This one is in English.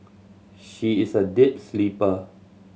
she is a deep sleeper